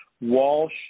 Walsh